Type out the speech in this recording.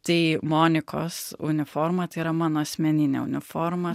tai monikos uniforma tai yra mano asmeninė uniforma